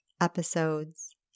episodes